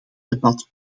debat